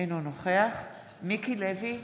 אינו נוכח מיקי לוי,